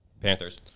Panthers